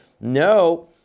no